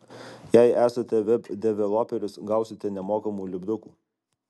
jei esate web developeris gausite nemokamų lipdukų